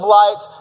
light